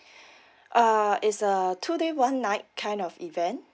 uh is a two day one night kind of event